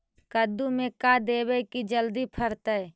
कददु मे का देबै की जल्दी फरतै?